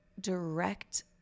direct